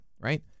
right